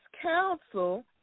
counsel